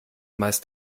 meist